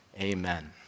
Amen